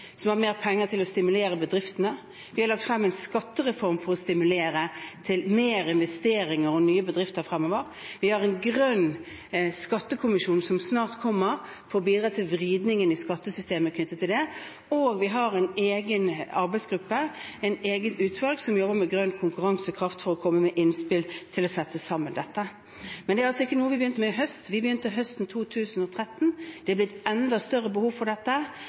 som har mer penger til å stimulere bedriftene. Vi har lagt frem en skattereform for å stimulere til flere investeringer og nye bedrifter fremover. Vi har en grønn skattekommisjon som snart kommer, for å bidra til vridningen i skattesystemet knyttet til det, og vi har en egen arbeidsgruppe, et eget utvalg, som jobber med grønn konkurransekraft og for å komme med innspill til å sette sammen dette. Men dette er altså ikke noe vi begynte med i høst. Vi begynte høsten 2013. Det er blitt enda større behov for dette.